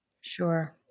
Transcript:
Sure